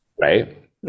right